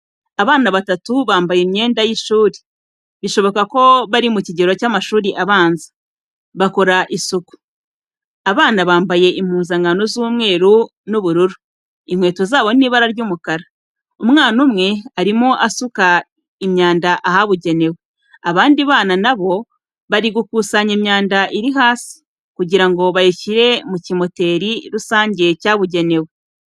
Abana batatu bambaye imyenda y'ishuri, bishoboka ko bari mu kigero cy'amashuri abanza, bakora isuku. Abana bambaye impuzankano z'umweru n'ubururu. Inkweto zabo ni ibara ry'umukara. Umwana umwe arimo asuka imyanda ahabugenewe, abandi bana na bo bari gukusanya imyanda iri hasi, kugira ngo bayishyire mu kimoteri rusange cya bugenewe.